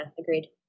agreed